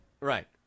Right